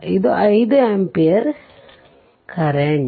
ಇದು 5 ampere current